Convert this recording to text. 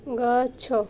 ଗଛ